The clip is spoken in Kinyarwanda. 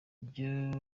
ibyo